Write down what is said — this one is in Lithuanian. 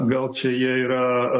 gal čia jie yra